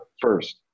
first